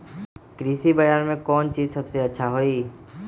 कृषि बजार में कौन चीज सबसे अच्छा होई?